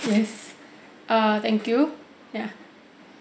yes err thank you ya